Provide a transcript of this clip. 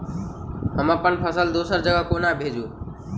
हम अप्पन फसल दोसर जगह कोना भेजू?